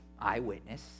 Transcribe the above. eyewitness